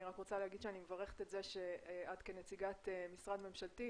אני רק רוצה להגיד שאני מברכת את זה שאת כנציגת משרד ממשלתי,